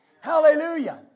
Hallelujah